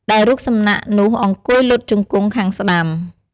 ដែលរូបសំណាក់នោះអង្គុយលុតជង្គង់ខាងស្តាំ។